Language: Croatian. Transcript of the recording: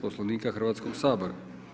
Poslovnika Hrvatskog sabora.